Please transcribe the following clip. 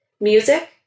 music